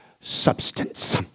substance